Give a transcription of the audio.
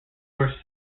were